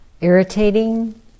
irritating